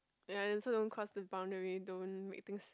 ya and so don't cross the boundary don't make things